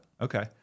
okay